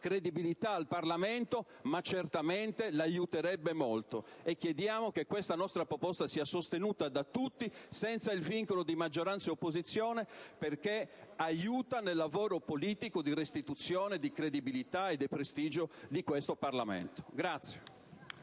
credibilità al Parlamento, ma che certamente lo aiuterebbe molto. Chiediamo che questa nostra proposta sia sostenuta da tutti, senza vincoli di maggioranza e opposizione, perché contribuisce alla restituzione di credibilità e prestigio a questo Parlamento.